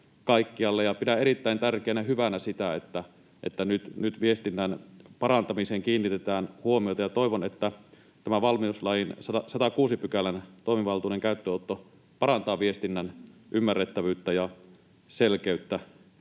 pidän erittäin tärkeänä ja hyvänä sitä, että nyt kiinnitetään huomiota viestinnän parantamiseen, ja toivon, että tämä valmiuslain 106 §:n toimivaltuuden käyttöönotto parantaa viestinnän ymmärrettävyyttä ja selkeyttä.